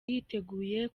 yiteguye